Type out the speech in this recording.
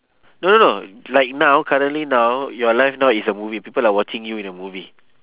no no no like now currently now your life now is a movie people are watching you in a movie